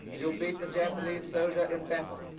you beat the japanese soldier in battle,